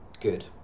good